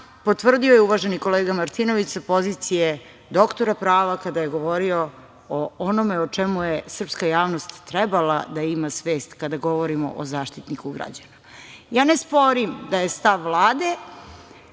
potvrdio je uvaženi kolega Martinović sa pozicije dr prava kada je govorio o onome o čemu je srpska javnost trebala da ima svest kada govorimo o Zaštitniku građana. Ne sporim da je stav Vlade